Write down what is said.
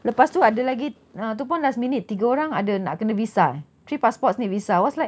lepas tu ada lagi itu pun last minute tiga orang ah ada nak kena visa eh three passports need visa I was like